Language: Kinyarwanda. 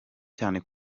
cyane